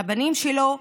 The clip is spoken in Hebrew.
לבנים שלו.